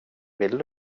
vill